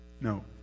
No